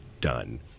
Done